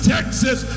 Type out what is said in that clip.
Texas